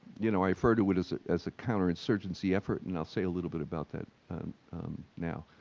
you know, i refer to it as it as a counterinsurgency effort and i'll say a little bit about that now.